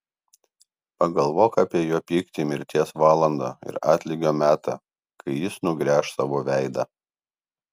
pagalvok apie jo pyktį mirties valandą ir atlygio metą kai jis nugręš savo veidą